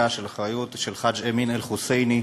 של האחריות של חאג' אמין אל-חוסייני,